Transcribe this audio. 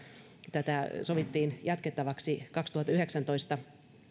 tätä sovittiin jatkettavaksi kaksituhattayhdeksäntoista